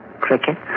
Cricket